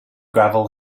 gravel